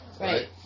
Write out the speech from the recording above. right